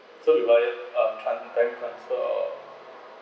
so you it uh tran~ bank transfer or